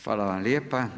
Hvala vam lijepa.